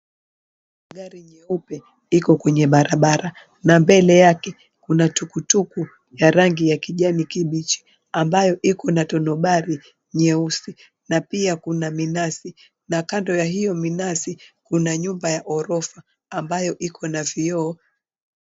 Gari nyeupe iko kwenye barabara na mbele yake kuna tuk𝑢tuku ya rangi ya kijani kibichi ambayo iko na tonobari nyeusi na pia kuna minazi na kando ya hio minazi kuna nyumba ya ghorofa ambayo iko na vioo.